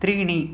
त्रीणि